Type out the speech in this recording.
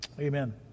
Amen